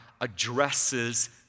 addresses